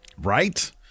Right